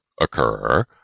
occur